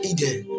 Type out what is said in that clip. Eden